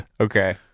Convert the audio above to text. Okay